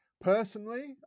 personally